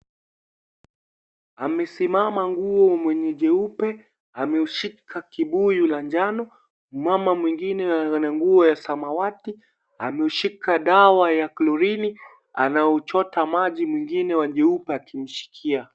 Amesimama nguo mwenye jeupe ameushika kibuyu la njano mama mwingine ana nguo ya samawati ameshika dawa ya chlorine anauchota maji mwingine wa jeupe akimshikia.